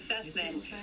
assessment